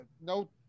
No